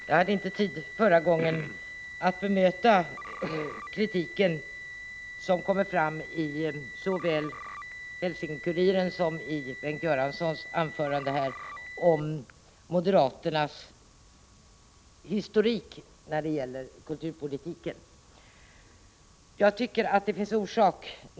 Herr talman! Jag hade i det förra inlägget inte tid att bemöta den kritik som kommer fram såväl i HälsingeKuriren som i Bengt Göranssons anförande här mot moderaternas historik när det gäller kulturpolitiken.